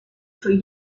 three